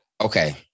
okay